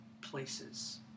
places